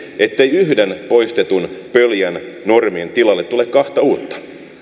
ettei yhden poistetun pöljän normin tilalle tule kahta uutta